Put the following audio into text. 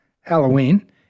Halloween